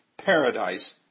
Paradise